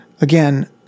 Again